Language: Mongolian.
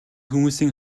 хүмүүсийн